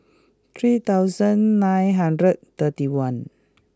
three thousand nine hundred thirty one